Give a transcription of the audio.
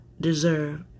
deserve